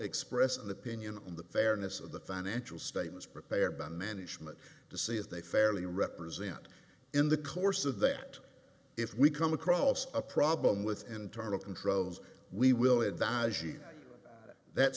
express an opinion on the fairness of the financial statements prepared by management to see if they fairly represent in the course of that if we come across a problem with internal controls we will advise you that's